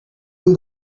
will